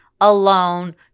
alone